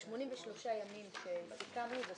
לגבי ה-83 ימים סיכמנו?